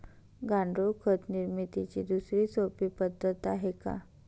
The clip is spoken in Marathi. गांडूळ खत निर्मितीची दुसरी सोपी पद्धत आहे का?